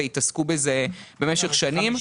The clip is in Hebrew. והתעסקו בזה במשך שנים.